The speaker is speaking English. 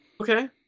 Okay